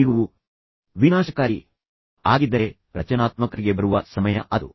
ನೀವು ವಿನಾಶಕಾರಿಯಾಗಿದ್ದೀರಿ ಎಂದು ನೀವು ಭಾವಿಸಿದರೆ ನೀವು ರಚನಾತ್ಮಕತೆಗೆ ಬರುವ ಸಮಯ ಅದು